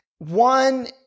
One